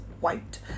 wiped